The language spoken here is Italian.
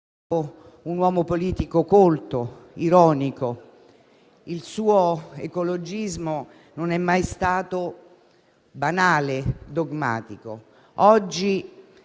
un uomo politico colto, ironico. Il suo ecologismo non è mai stato banale o dogmatico. Oggi,